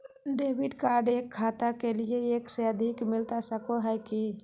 Debit card एक खाता के लिए एक से अधिक मिलता सको है की?